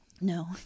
No